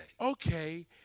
Okay